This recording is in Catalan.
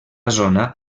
zona